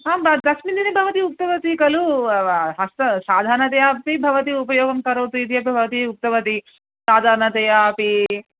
आम् त तस्मिन् दिने भवति उक्तवती खलु हस्ते साधारणतया अपि भवति उपयोगं करोतु इति अपि भवति उक्तवती साधारणतया अपि